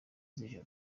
z’ijoro